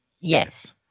yes